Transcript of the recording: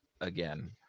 again